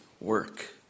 work